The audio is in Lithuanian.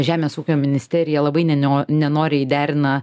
žemės ūkio ministerija labai nenio nenoriai derina